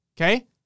okay